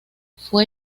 fue